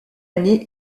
année